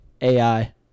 AI